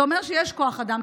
זה אומר שיש כוח אדם,